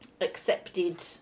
accepted